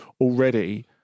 already